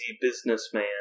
businessman